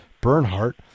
Bernhardt